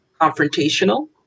confrontational